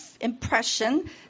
impression